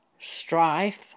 strife